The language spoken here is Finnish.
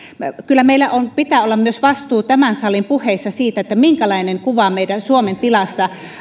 kyllä meillä pitää olla myös vastuu tämän salin puheissa siitä minkälainen kuva meidän suomen tilasta